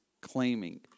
claiming